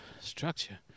structure